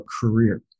career